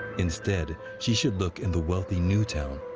instead, she should look in the wealthy new town,